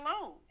alone